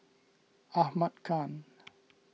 Ahmad Khan